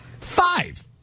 Five